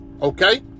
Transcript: Okay